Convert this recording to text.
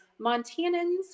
Montanans